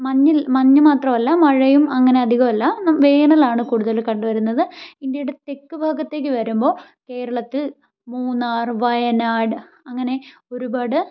മഞ്ഞിൽ മഞ്ഞ് മാത്രമല്ല മഴയും അങ്ങനെ അധികം അല്ല വേനലാണ് കൂടുതലും കണ്ട് വരുന്നത് ഇന്ത്യയുടെ തെക്ക് ഭാഗത്തേക്ക് വരുമ്പോൾ കേരളത്തിൽ മൂന്നാർ വയനാട് അങ്ങനെ ഒരുപാട്